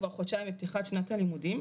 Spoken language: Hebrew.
כבר חודשיים מפתיחת שנת הלימודים,